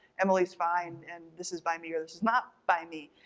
emily's fine and this is by me or this is not by me.